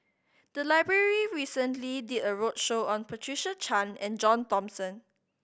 the library recently did a roadshow on Patricia Chan and John Thomson